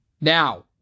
Now